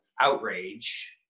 outrage